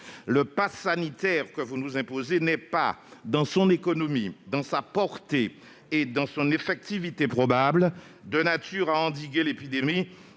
Le passe sanitaire que vous nous imposez n'est pas, dans son économie, dans sa portée et dans son effectivité probable, de nature à endiguer l'épidémie